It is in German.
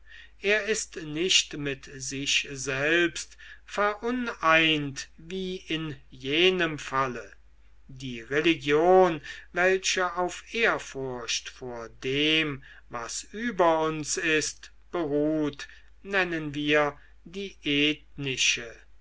er ist nicht mit sich selbst veruneint wie in jenem falle die religion welche auf ehrfurcht vor dem was über uns ist beruht nennen wir die